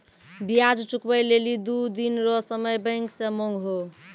ब्याज चुकबै लेली दो दिन रो समय बैंक से मांगहो